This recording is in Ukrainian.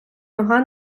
нога